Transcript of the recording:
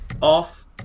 Off